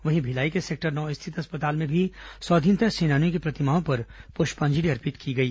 वहीं भिलाई के सेक्टर नौ स्थित अस्पताल में भी स्वाधीनता सेनानियो की प्रतिमाओं पर पुष्पांजलि अर्पित की गई